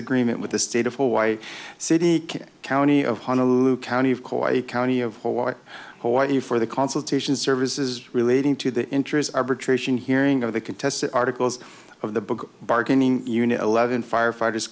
agreement with the state of hawaii city county of honolulu county of course a county of hawaii what you for the consultation service is relating to the interests arbitration hearing of the contest the articles of the book bargaining unit eleven firefighters